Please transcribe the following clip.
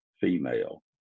female